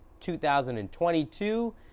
2022